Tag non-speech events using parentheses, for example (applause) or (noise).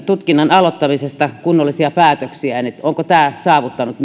tutkinnan aloittamisesta kunnollisia päätöksiä onko tämä saavuttanut (unintelligible)